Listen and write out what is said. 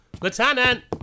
Lieutenant